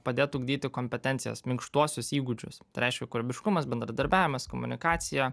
padėtų ugdyti kompetencijas minkštuosius įgūdžius tai reiškia kūrybiškumas bendradarbiavimas komunikacija